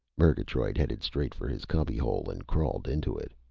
murgatroyd headed straight for his cubbyhole and crawled into it.